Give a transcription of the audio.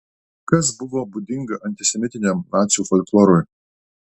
kas buvo būdinga antisemitiniam nacių folklorui